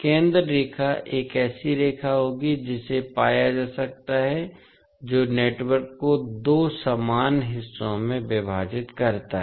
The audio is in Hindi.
केंद्र रेखा एक ऐसी रेखा होगी जिसे पाया जा सकता है जो नेटवर्क को दो समान हिस्सों में विभाजित करता है